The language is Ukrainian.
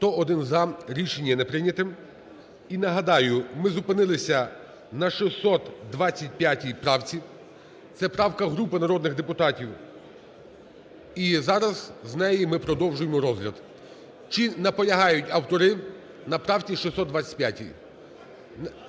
За-101 Рішення не прийнято. І нагадаю, ми зупинилися на 625 правці. Це правка групи народних депутатів, і зараз з неї ми продовжуємо розгляд. Чи наполягають автори на правці 625?